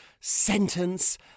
sentence